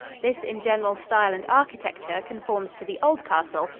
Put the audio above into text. this in general style and architecture conforms to the old castle,